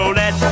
let